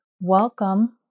welcome